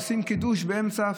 עושים קידוש באמצע,